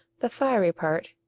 the fiery part,